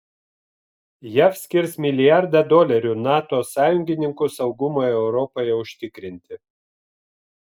jav skirs milijardą dolerių nato sąjungininkų saugumui europoje užtikrinti